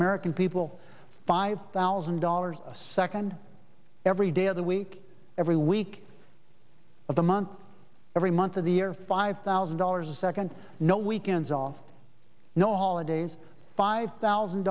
american people five thousand dollars a second every day of the week every week of the month every month of the year five thousand dollars a second no weekends off no holidays five thousand